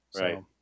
Right